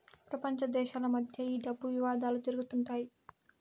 ప్రపంచ దేశాల మధ్య ఈ డబ్బు వివాదాలు జరుగుతుంటాయి